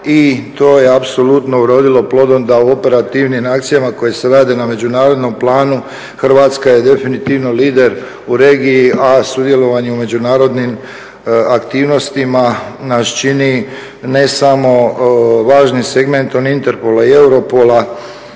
I to je apsolutno urodilo plodom da u operativnim akcijama koje se rade na međunarodnom planu Hrvatska je definitivno lider u regiji, a u sudjelovanje u međunarodnim aktivnostima nas čini ne samo važnim segmentom Interpola i Europola,